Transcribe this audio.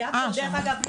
דרך אגב,